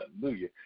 Hallelujah